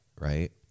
right